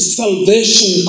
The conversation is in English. salvation